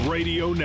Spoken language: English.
Radio